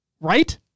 right